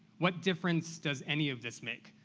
what difference does any of this make?